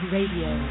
Radio